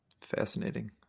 Fascinating